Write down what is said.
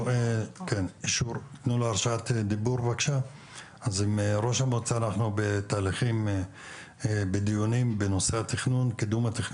עם ראש המועצה אנחנו בתהליכים ודיונים בנושא התכנון וקידומו.